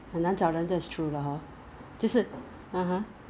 how much you can claim I mean it's like and it's hot also